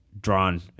drawn